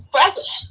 president